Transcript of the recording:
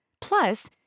Plus